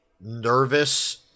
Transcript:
nervous